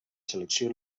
selecció